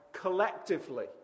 collectively